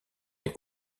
les